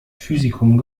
physikum